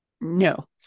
No